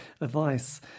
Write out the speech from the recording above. advice